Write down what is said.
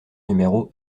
numéro